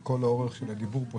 לכל אורך הדיבור פה,